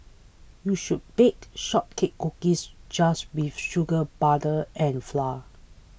you should bake shortcake cookies just with sugar butter and flour